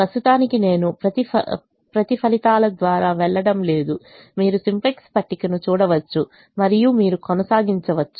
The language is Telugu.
ప్రస్తుతానికి నేను ప్రతి ఫలితాల ద్వారా వెళ్ళడం లేదు మీరు సింప్లెక్స్ పట్టికను చూడవచ్చు మరియు మీరు కొనసాగవచ్చు